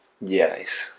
Yes